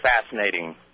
fascinating